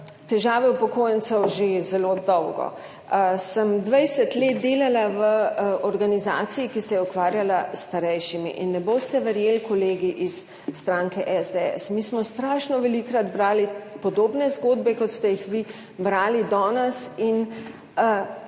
težave upokojencev že zelo dolgo. Sem dvajset let delala v organizaciji, ki se je ukvarjala s starejšimi in ne boste verjeli, kolegi iz stranke SDS, mi smo strašno velikokrat brali podobne zgodbe, kot ste jih vi brali danes, in